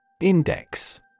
Index